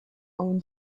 own